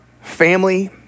family